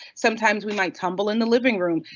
sometimes we might tumble in the living room.